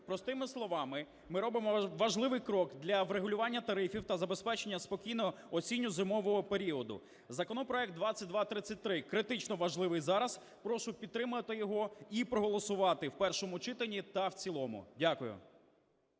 Простими словами, ми робимо важливий крок для врегулюваня тарифів та забезпечення спокійного осінньо-зимового періоду. Законопроект 2233 критично важливий зараз. Прошу підтримати його і проголосувати в першому читанні та в цілому. Дякую.